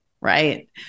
right